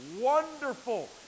wonderful